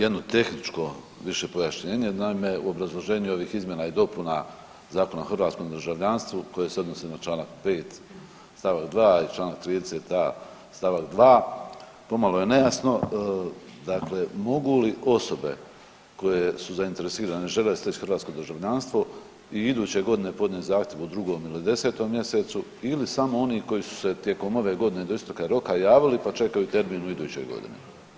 Jedno tehničko više pojašnjenje, naime u obrazloženju ovih izmjena i dopuna Zakona o hrvatskom državljanstvu koje se odnose na čl. 5. st. 2. i čl. 30.a. st. 2. pomalo je nejasno, dakle mogu li osobe koje su zainteresirane i žele steć hrvatsko državljanstvo i iduće godine podnijet zahtjev u 2. ili 10. mjesecu ili samo oni koji su se tijekom ove godine do isteka roka javili, pa čekaju termin u idućoj godini?